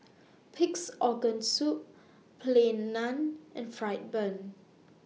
Pig'S Organ Soup Plain Naan and Fried Bun